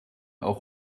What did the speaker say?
auch